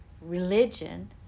religion